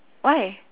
why